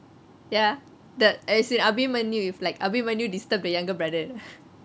ya the~ as in abimanyu if like abimanyu disturb the younger brother or not